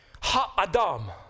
Ha-adam